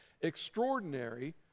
extraordinary